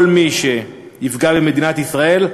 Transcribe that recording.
כל מי שיפגע במדינת ישראל,